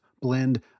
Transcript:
blend